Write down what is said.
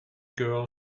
girl